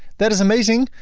that is amazing!